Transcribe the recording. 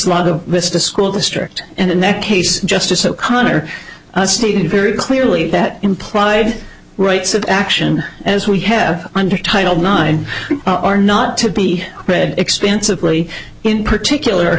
vista school district and in that case justice o'connor very clearly that implied rights of action as we have under title nine are not to be read extensively in particular